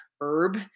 herb